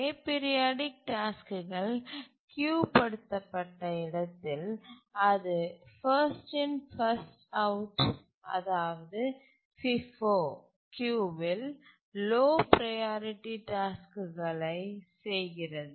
aperiodic டாஸ்க்குகள் queue படுத்தப்பட்ட இடத்தில் அது ஃபர்ஸ்ட் இன் ஃபர்ஸ்ட் அவுட் அதாவது ஃபிஃபோ கியூவில் லோ ப்ரையாரிட்டி டாஸ்க்குகளைச் செய்கிறது